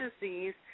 disease